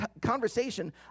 conversation